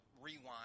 rewind